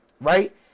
right